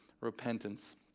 repentance